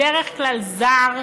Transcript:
בדרך כלל זר,